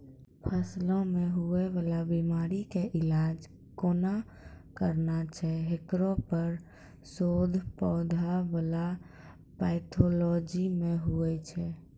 फसलो मे हुवै वाला बीमारी के इलाज कोना करना छै हेकरो पर शोध पौधा बला पैथोलॉजी मे हुवे छै